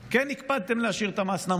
כן הקפדתם להשאיר את המס נמוך.